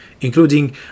including